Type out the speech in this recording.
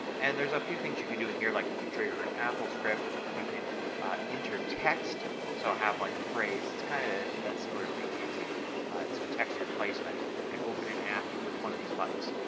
and there's a few things you can do in here like you can trigger an apple script, you can enter text so i have like a phrase. it's kind a similar thing to using some text replacement. you can open an app with one of these buttons.